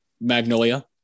magnolia